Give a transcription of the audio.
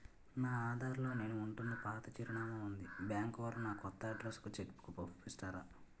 నా ఆధార్ లో నేను ఉంటున్న పాత చిరునామా వుంది బ్యాంకు వారు నా కొత్త అడ్రెస్ కు చెక్ బుక్ పంపిస్తారా?